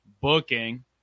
booking